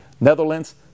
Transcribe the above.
Netherlands